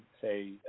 say